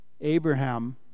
Abraham